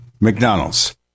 McDonald's